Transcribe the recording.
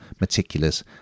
meticulous